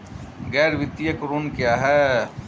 गैर वित्तीय ऋण क्या है?